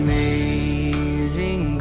Amazing